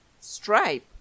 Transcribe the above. stripe